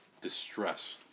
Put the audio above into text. distress